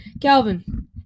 Calvin